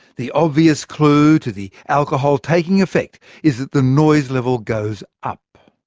the obvious clue to the alcohol taking effect is that the noise level goes up.